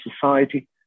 society